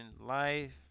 life